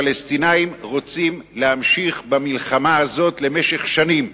הפלסטינים, רוצים להמשיך במלחמה הזאת למשך שנים,